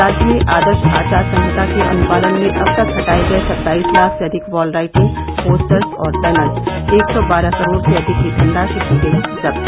राज्य में आदर्श आचार संहिता के अनुपालन में अब तक हटाये गये सत्ताईस लाख से अधिक वॉल राइटिंग पोस्टर्स और बैनर्स एक सौ बारह करोड़ से अधिक की धनराशि की गयी जब्त